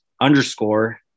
underscore